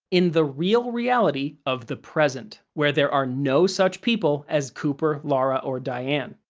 in the real reality of the present, where there are no such people as cooper, laura, or diane.